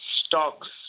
stocks